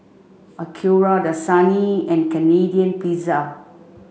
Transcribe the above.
Acura Dasani and Canadian Pizza